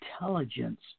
intelligence